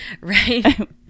Right